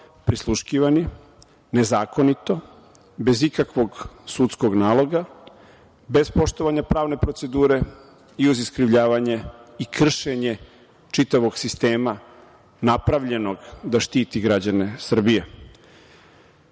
prisluškivani nezakonito, bez ikakvog sudskog naloga, bez poštovanja pravne procedure i uz iskrivljavanje i kršenje čitavog sistema napravljenog da štiti građane